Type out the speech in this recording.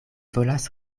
volas